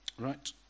Right